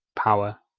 power,